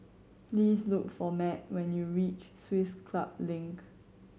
please look for Matt when you reach Swiss Club Link